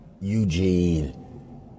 Eugene